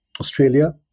Australia